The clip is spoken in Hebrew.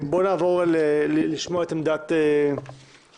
נעבור לשמוע את עמדת משרד התרבות.